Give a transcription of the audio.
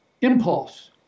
impulse